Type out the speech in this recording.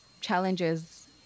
challenges